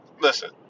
Listen